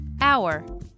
hour